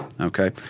Okay